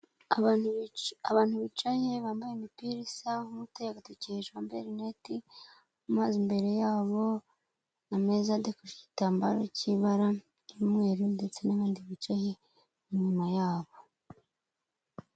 Abantu bicaye bambaye imipira isa umwe uteye agatoki hejuru wambaye amadarubindi, amazi imbere yabo, ameza afite igitambaro kibara ry'umweru ndetse n'umuhondo ndetse n'abandi bicaye inyuma yabo.